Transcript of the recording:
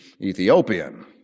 Ethiopian